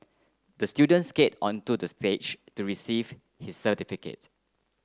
the student skated onto the stage to receive his certificate